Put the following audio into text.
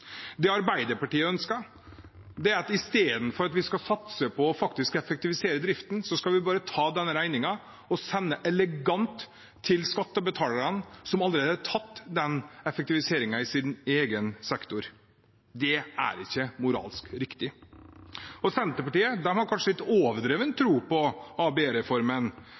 Det Arbeiderpartiet ønsker, er at vi istedenfor å satse på å effektivisere driften, bare skal ta denne regningen og elegant sende den til skattebetalerne, som allerede har tatt den effektiviseringen i sin egen sektor. Det er ikke moralsk riktig. Senterpartiet har kanskje en litt overdreven tro på